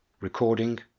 recording